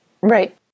Right